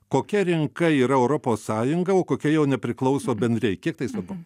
kokia rinka yra europos sąjunga o kokia jau nepriklauso bendrijai kiek tai svarbu